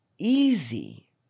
easy